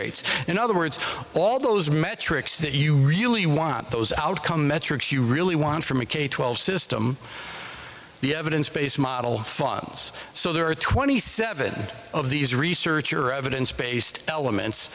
rates in other words all those metrics that you really want those outcomes metrics you really want from a k twelve system the evidence based model funds so there are twenty seven of these research or evidence based elements